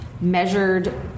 measured